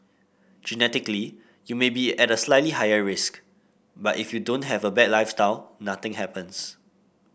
genetically you may be at a slightly higher risk but if you don't have a bad lifestyle nothing happens